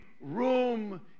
room